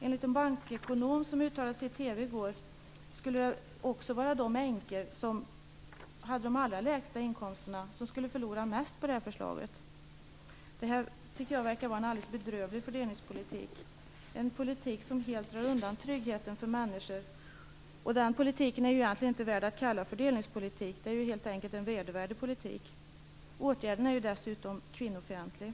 Enligt en bankekonom som uttalade sig i TV i går skulle det också vara de änkor som har de allra lägsta inkomsterna som skulle förlora mest på förslaget. Jag tycker att detta verkar vara en alldeles bedrövlig fördelningspolitik - en politik som helt drar undan tryggheten för människor. En sådan politik är egentligen inte värd att kallas fördelningspolitik. Det är helt enkelt en vedervärdig politik. Åtgärden är dessutom kvinnofientlig.